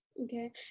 Okay